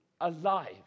alive